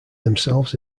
themselves